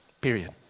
Period